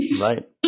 Right